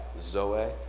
Zoe